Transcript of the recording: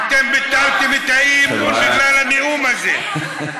אתם ביטלתם את האי-אמון בגלל הנאום הזה.